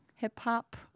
hip-hop